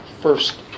first